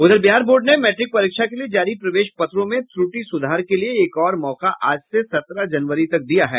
उधर बिहार बोर्ड ने मैट्रिक परीक्षा के लिए जारी प्रवेश पत्रों में त्रुटि सुधार के लिए एक और मौका आज से सत्रह जनवरी तक दिया है